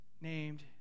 named